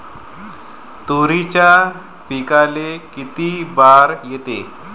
तुरीच्या पिकाले किती बार येते?